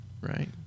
Right